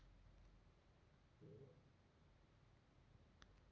mark to market ನಿಯಮ ಏನೈತಿ